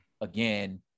again